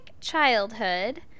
childhood